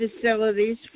facilities